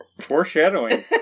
Foreshadowing